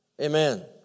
Amen